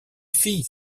filles